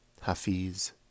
Hafiz